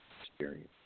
experience